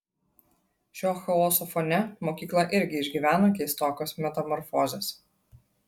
šio chaoso fone mokykla irgi išgyvena keistokas metamorfozes